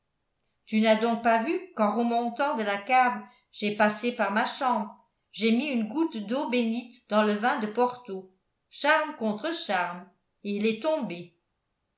tu n'as donc pas vu qu'en remontant de la cave j'ai passé par ma chambre j'ai mis une goutte d'eau bénite dans le vin de porto charme contre charme et il est tombé